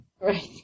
Right